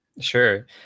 Sure